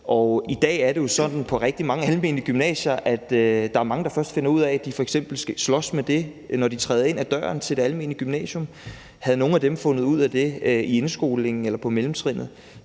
at der er mange, der først finder ud af, at de slås med det, når de træder ind ad døren til det almene gymnasium. Havde nogle af dem fundet ud af det i indskolingen eller på mellemtrinnet,